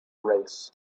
race